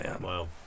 Wow